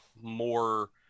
more